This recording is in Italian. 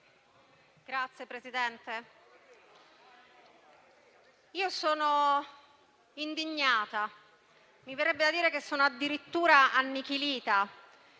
Signor Presidente, io sono indignata. Mi verrebbe da dire che sono addirittura annichilita,